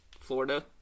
Florida